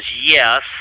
yes